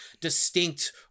distinct